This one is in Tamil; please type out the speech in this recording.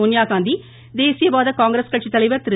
சோனியாகாந்தி தேசியவாத காங்கிரஸ் கட்சித்தலைவர் திரு